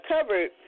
covered